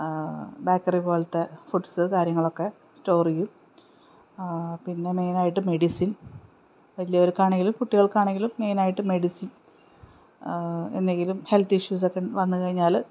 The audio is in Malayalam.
ബേക്കറി പോലത്തെ ഫുഡ്സ് കാര്യങ്ങളൊക്കെ സ്റ്റോർ ചെയ്യും പിന്നെ മെയിനായിട്ട് മെഡിസിൻ വലിയവർക്കാണെങ്കിലും കുട്ടികൾക്കാണെങ്കിലും മെയിനായിട്ട് മെഡിസിൻ എന്തെങ്കിലും ഹെൽത്ത് ഇഷ്യൂസൊക്കെ വന്നുകഴിഞ്ഞാല്